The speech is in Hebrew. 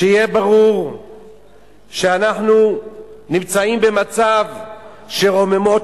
שיהיה ברור שאנחנו נמצאים במצב שרוממות